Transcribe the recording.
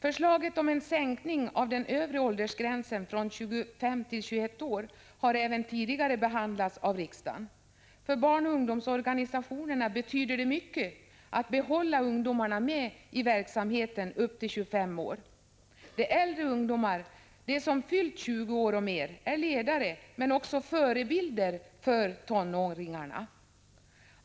Förslaget om en sänkning av den övre åldersgränsen från 25 till 21 år har även tidigare behandlats av riksdagen. För barnoch ungdomsorganisationer betyder det mycket att behålla ungdomarna i verksamheten upp till 25 års ålder. De äldre ungdomarna, de som fyllt 20 år och mer, är ledare men också förebilder för tonåringarna.